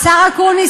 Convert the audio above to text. השר אקוניס,